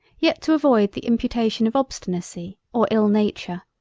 yet to avoid the imputation of obstinacy or ill-nature,